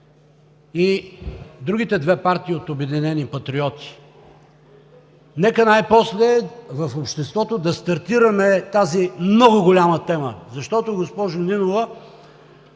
и другите две партии от „Обединени патриоти“. Нека най-после в обществото да стартираме тази много голяма тема, защото, госпожо Нинова,